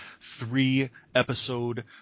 three-episode